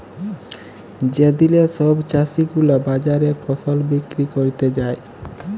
যে দিলে সব চাষী গুলা বাজারে ফসল বিক্রি ক্যরতে যায়